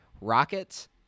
Rockets